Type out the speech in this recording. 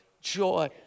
joy